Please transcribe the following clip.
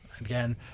Again